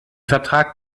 vertrag